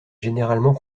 généralement